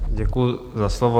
Děkuji za slovo.